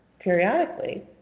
periodically